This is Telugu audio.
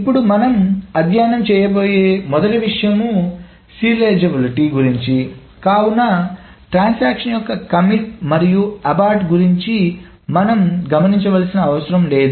ఇప్పుడు మనం అధ్యయనం చెయ్యబోయే మొదటి విషయం సీరియలైజబిలిటీ గురించి కావున ట్రాన్సాక్షన్ యొక్క కమిట్ మరియు అబార్టు గురించి మనం గమనించాల్సిన అవసరం లేదు